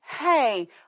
hey